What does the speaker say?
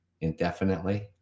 indefinitely